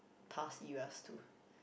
past eras too